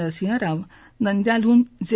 नरसिंह राव नंद्यालहून जे